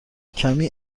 کمی